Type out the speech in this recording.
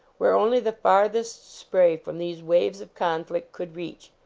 where only the farthest spray from these waves of conflict could reach,